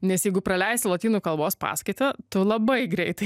nes jeigu praleisi lotynų kalbos paskaitą tu labai greitai